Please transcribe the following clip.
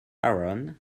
aaron